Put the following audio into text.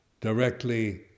directly